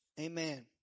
Amen